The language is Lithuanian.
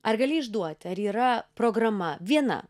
ar gali išduoti ar yra programa viena